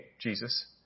Jesus